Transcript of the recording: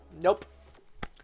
nope